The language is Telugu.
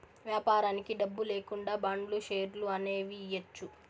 వ్యాపారానికి డబ్బు లేకుండా బాండ్లు, షేర్లు అనేవి ఇయ్యచ్చు